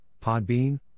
Podbean